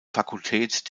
fakultät